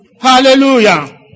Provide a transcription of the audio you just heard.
Hallelujah